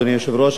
אדוני היושב-ראש,